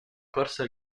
corsa